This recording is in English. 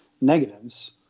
negatives